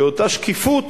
שאותה שקיפות